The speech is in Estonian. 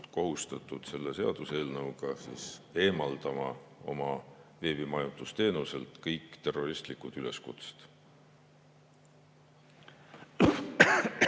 kohustatud selle seaduseelnõu kohaselt eemaldama oma veebimajutusteenuselt kõik terroristlikud üleskutsed.